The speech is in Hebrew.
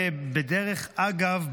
בדרך אגב,